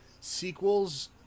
sequels